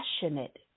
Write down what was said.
passionate